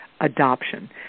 adoption